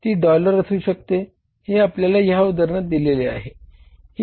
ती डॉलर असू शकते हे आपल्याला ह्या उदाहरणात दिले आहे